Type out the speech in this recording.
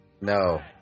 no